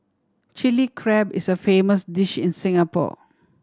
Chilli Crab is a famous dish in Singapore